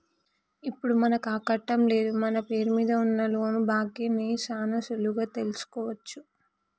ఇప్పుడు మనకాకట్టం లేదు మన పేరు మీద ఉన్న లోను బాకీ ని సాన సులువుగా తెలుసుకోవచ్చు